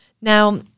Now